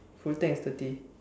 full tank is thirty